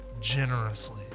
generously